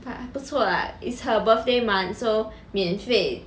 but 不错 lah it's her birthday month so 免费